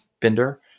Binder